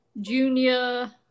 junior